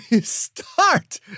Start